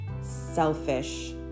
selfish